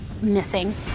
missing